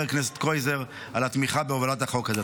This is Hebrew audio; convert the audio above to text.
הכנסת קרויזר על התמיכה בהובלת החוק הזה.